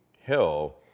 hill